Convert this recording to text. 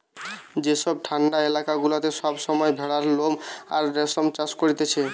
যেসব ঠান্ডা এলাকা গুলাতে সব সময় ভেড়ার লোম আর রেশম চাষ করতিছে